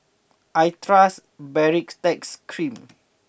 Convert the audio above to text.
I trust Baritex Cream